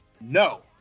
no